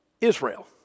Israel